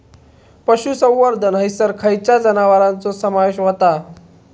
पशुसंवर्धन हैसर खैयच्या जनावरांचो समावेश व्हता?